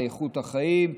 לאיכות החיים,